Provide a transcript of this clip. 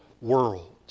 world